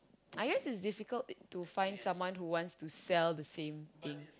I guess it's difficult to find someone who wants to sell the same thing